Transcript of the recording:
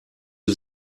sie